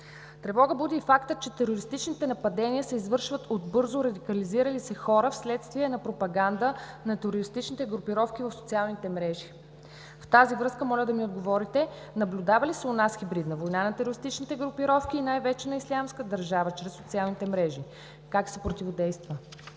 Тревога буди и фактът, че терористичните нападения се извършват от бързо радикализирали се хора вследствие на пропаганда на терористичните групировки в социалните мрежи. В тази връзка моля да ми отговорите: наблюдава ли се у нас хибридна война на терористичните групировки и най-вече на „Ислямска държава“ чрез социалните мрежи? Как се противодейства?